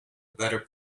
better